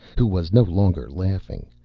who was no longer laughing,